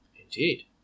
Indeed